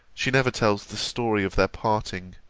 she never tells the story of their parting,